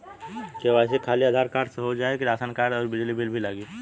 KYC खाली Aadhaar card से हो जाए कि राशन कार्ड अउर बिजली बिल भी लगी?